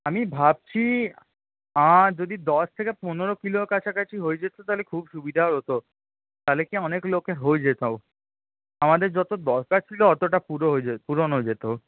আমি ভাবছি যদি দশ থেকে পনেরো কিলোর কাছাকাছি হয়ে যেত তাহলে খুব সুবিধা হত তাহলে কী অনেক লোকে হয়ে যেত আমাদের যত দরকার ছিল অতটা পুরো হয়ে পূরণ হয়ে যেত